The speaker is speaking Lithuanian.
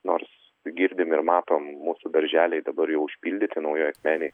nors girdim ir matom mūsų darželiai dabar jau užpildyti naujojoj akmenėj